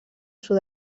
sud